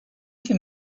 can